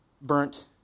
burnt